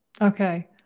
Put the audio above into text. Okay